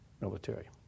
military